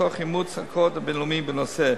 תוך אימוץ הקוד הבין-לאומי בנושא.